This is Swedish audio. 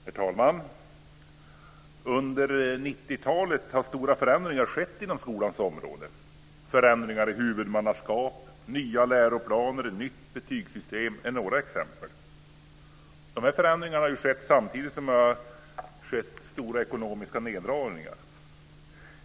Herr talman! Under 90-talet har stora förändringar skett inom skolans område. Förändringar i huvudmannaskap, nya läroplaner, nytt betygssystem är några exempel. De här förändringarna har skett samtidigt som det gjorts stora ekonomiska neddragningar.